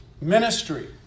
ministry